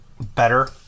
better